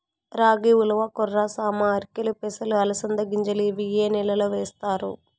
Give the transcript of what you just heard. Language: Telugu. రాగి, ఉలవ, కొర్ర, సామ, ఆర్కెలు, పెసలు, అలసంద గింజలు ఇవి ఏ నెలలో వేస్తారు?